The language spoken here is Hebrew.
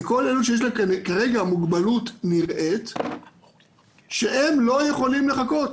זה כל אלו שיש להם כרגע מוגבלות נראית שהם לא יכולים לחכות.